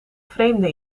vreemde